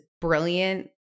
brilliant